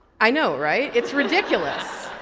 i know right, it's ridiculous.